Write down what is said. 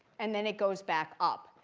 and then it goes back up.